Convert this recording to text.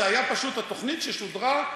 זו הייתה התוכנית ששודרה.